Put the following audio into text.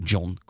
John